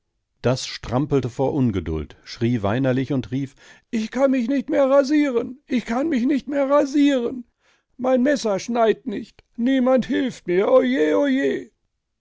das strampelte vor ungeduld schrie weinerlich und rief ich kann mich nicht mehr rasieren ich kann mich nicht mehr rasieren mein messer schneidt nicht niemand hilft mir